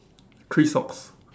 three socks